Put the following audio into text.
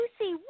lucy